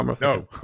No